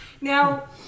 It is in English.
Now